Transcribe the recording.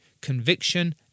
conviction